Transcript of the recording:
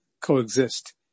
coexist